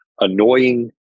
annoying